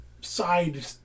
side